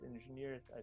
engineers